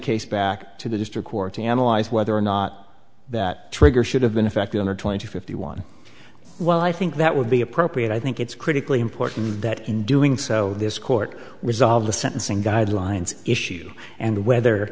case back to the district court to analyze whether or not that trigger should have been a factor in the twenty fifty one well i think that would be appropriate i think it's critically important that in doing so this court with the sentencing guidelines issue and whether